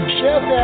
Chef